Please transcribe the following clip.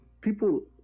People